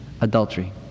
adultery